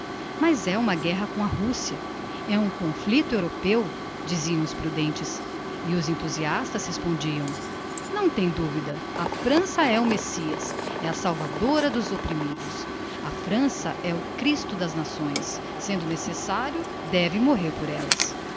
mas é uma guerra com a russia é um conflicto europeu diziam os prudentes e os enthusiastas respondiam não tem duvida a frança é o messias é a salvadora dos opprimidos a frança é o christo das nações sendo necessario deve morrer por ellas